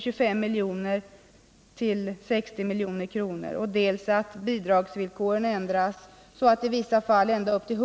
Herr talman!